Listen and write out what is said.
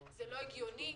זה לא הגיוני.